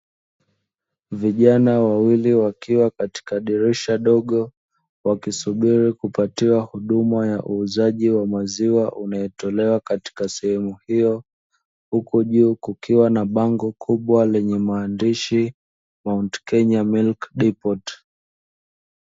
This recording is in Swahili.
Vijana wawili wakiwa katika dirisha dogo wakisubiri kupatiwa huduma ya uuzaji wa maziwa unayetolewa katika sehemu hiyo. Huko juu kukiwa na bango kubwa lenye maandishi "Maunti Kenya Milki Dipoti".